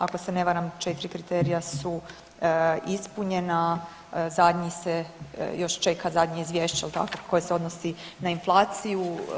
Ako se ne varam 4 kriterija su ispunjena, zadnji se još čeka zadnje izvješće jel' tako koje se odnosi na inflaciju.